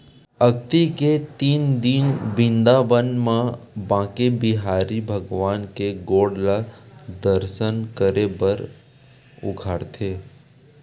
अक्ती के दिन बिंदाबन म बाके बिहारी भगवान के गोड़ ल दरसन करे बर उघारथे